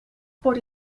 por